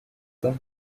them